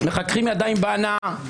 מחככים ידיים בהנאה.